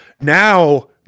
now